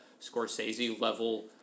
Scorsese-level